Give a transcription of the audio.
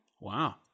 Wow